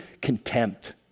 contempt